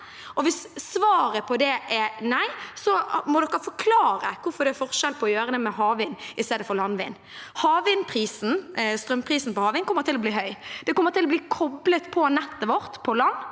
Hvis svaret på det er nei, må de forklare hvorfor det er forskjell på å gjøre det med havvind i stedet for landvind. Strømprisen på havvind kommer til å bli høy. Det kommer til å bli koblet på nettet vårt på land.